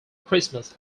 christmas